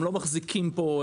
הם לא מחזיקים פה,